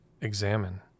examine